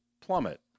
plummet